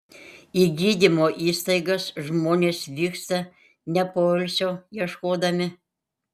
į gydymo įstaigas žmonės vyksta ne poilsio ieškodami